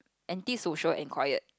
anti social and quiet